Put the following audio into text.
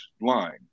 line